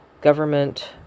government